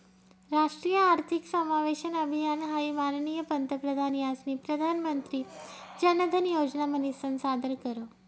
राष्ट्रीय आर्थिक समावेशन अभियान हाई माननीय पंतप्रधान यास्नी प्रधानमंत्री जनधन योजना म्हनीसन सादर कर